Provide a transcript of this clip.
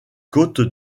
côtes